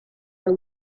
grow